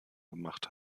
gemacht